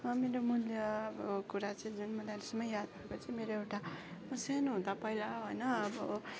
मेरो मुल्य अब कुरा चाहिँ जुन मैले अहिलेसम्म याद भएको चाहिँ मेरो एउटा म सानो हुँदा पहिला होइन अब